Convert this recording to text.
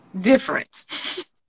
different